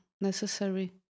necessary